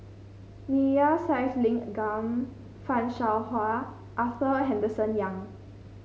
Neila Sathyalingam Fan Shao Hua Arthur Henderson Young